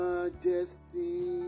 Majesty